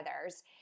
others